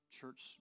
church